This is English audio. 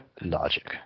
Logic